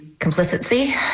complicity